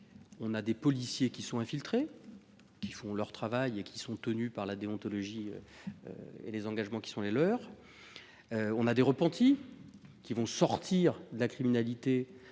; les policiers infiltrés, qui font leur travail et qui sont tenus par la déontologie et les engagements qui sont les leurs ; les repentis qui vont sortir de la criminalité